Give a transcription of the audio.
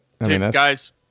guys